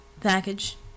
Package